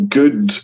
good